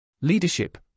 leadership